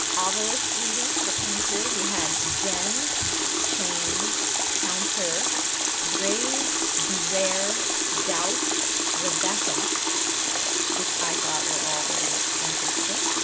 ovilus readings that came through we had jen chain counter grave beware doubt rebecca which i thought were all very interesting